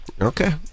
Okay